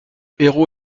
héros